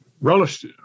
relished